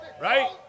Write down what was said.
right